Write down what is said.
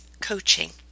coaching